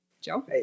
Joe